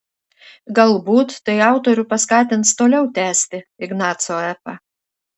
galbūt tai autorių paskatins toliau tęsti ignaco epą